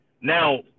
Now